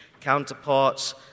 counterparts